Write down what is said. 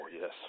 yes